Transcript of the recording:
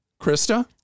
Krista